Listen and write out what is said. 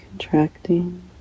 Contracting